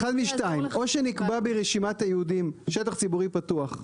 אחד משתיים - או שנקבע ברשימת הייעודים שטח ציבורי פתוח.